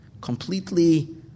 completely